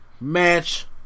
Match